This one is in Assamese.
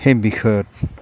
সেই বিষয়ত